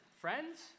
friends